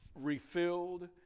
refilled